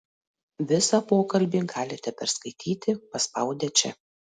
visą pokalbį galite perskaityti paspaudę čia